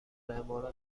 امارات